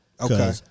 Okay